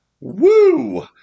Woo